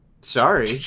Sorry